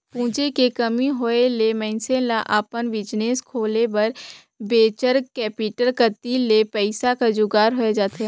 पूंजी के कमी होय ले मइनसे ल अपन बिजनेस खोले बर वेंचर कैपिटल कती ले पइसा कर जुगाड़ होए जाथे